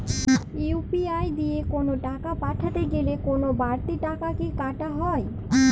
UPI দিয়ে কোন টাকা পাঠাতে গেলে কোন বারতি টাকা কি কাটা হয়?